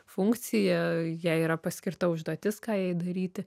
funkciją jai yra paskirta užduotis ką jai daryti